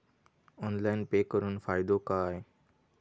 Online pay करुन फायदो काय?